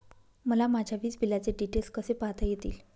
मला माझ्या वीजबिलाचे डिटेल्स कसे पाहता येतील?